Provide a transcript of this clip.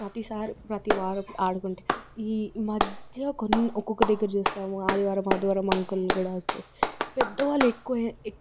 ప్రతిసారి ప్రతివాడు ఆడుకుంటే ఈ మధ్య కొన్ని ఒక్కొక్క దగ్గర చూస్తాము ఆదివారం ఆదివారం అంకుల్ కూడా పెద్దవాళ్ళు ఎక్కువ